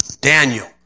Daniel